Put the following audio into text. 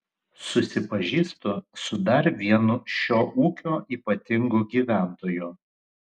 susipažįstu su dar vienu šio ūkio ypatingu gyventoju